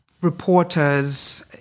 reporters